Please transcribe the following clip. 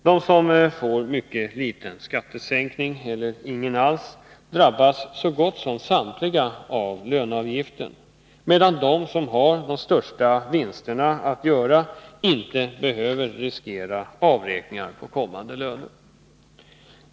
De som får mycket liten skattesänkning eller ingen alls drabbas så gott som samtliga av löneavgiften, medan de som har de största vinsterna att göra inte behöver riskera avräkningar på kommande löner.